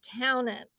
accountant